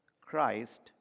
Christ